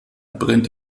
brennt